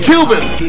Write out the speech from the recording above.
Cubans